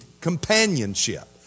companionship